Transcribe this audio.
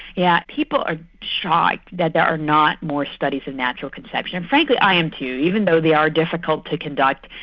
yeah people are shocked that there are not more studies of natural conception. frankly i am too. even though they are difficult to conduct,